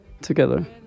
together